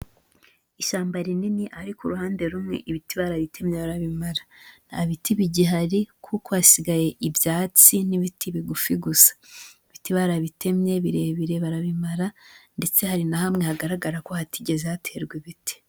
Ishyamba rinini ariko uruhande rumwe ibiti barabitemye barabimara, nta biti bigihari kuko hasigaye ibyatsi n'ibiti bigufi gusa. Ibiti barabitemye birebire barabimara ndetse hari na hamwe hagaragarako hatigeze haterwa ibiti.